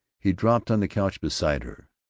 he dropped on the couch beside her.